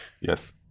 Yes